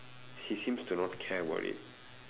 she seems to not care about it